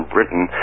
Britain